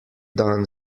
dan